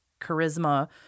charisma